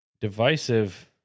divisive